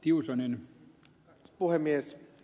arvoisa puhemies